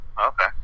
Okay